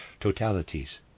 totalities